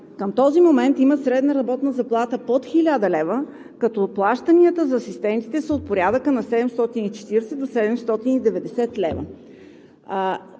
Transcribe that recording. към този момент имат средна работна заплата под 1000 лв., като плащанията за асистентите са от порядъка на 740 – 790 лв.